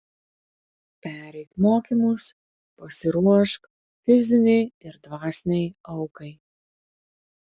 pereik mokymus pasiruošk fizinei ir dvasinei aukai